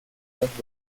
proche